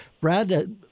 Brad